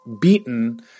beaten